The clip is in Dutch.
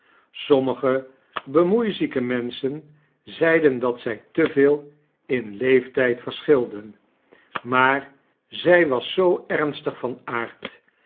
sommige bemoeizieke menschen zeiden dat zy te veel in jeeftyd verschilden maar zij was zoo ernstig van aard